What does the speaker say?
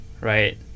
right